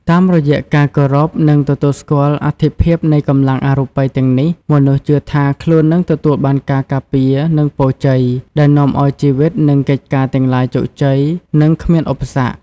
តាមរយៈការគោរព និងទទួលស្គាល់អត្ថិភាពនៃកម្លាំងអរូបិយទាំងនេះ មនុស្សជឿថាខ្លួននឹងទទួលបានការការពារ និងពរជ័យ ដែលនាំឲ្យជីវិត និងកិច្ចការទាំងឡាយជោគជ័យ និងគ្មានឧបសគ្គ។